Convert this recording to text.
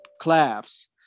collapse